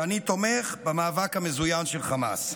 שאני תומך במאבק המזוין של החמאס.